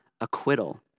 acquittal